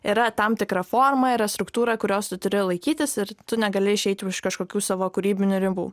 yra tam tikra forma yra struktūra kurios tu turi laikytis ir tu negali išeiti už kažkokių savo kūrybinių ribų